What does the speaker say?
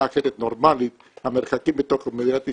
אחרת נורמלית המרחקים בתוך מדינת ישראל,